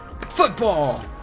Football